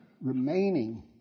remaining